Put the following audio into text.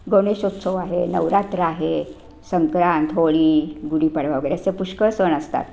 गणेशोत्सव आहे नवरात्र आहे संक्रांत होळी गुढीपाडवा वगैरे असे पुष्कळ सण असतात